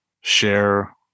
share